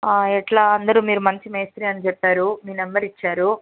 ఎట్లా అందరూ మీరు మంచి మేస్త్రి అని చెప్పారు మీ నెంబర్ ఇచ్చారు